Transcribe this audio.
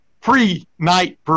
pre-night